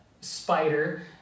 spider